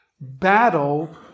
battle